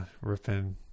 ripping